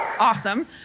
Awesome